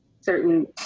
certain